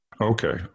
Okay